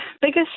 biggest